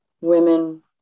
women